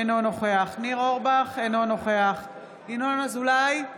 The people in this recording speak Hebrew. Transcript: אינו נוכח ניר אורבך, אינו נוכח ינון אזולאי,